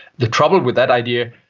the trouble with that idea,